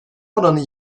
oranı